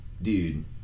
Dude